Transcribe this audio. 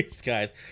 guys